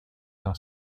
dans